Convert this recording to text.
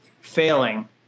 failing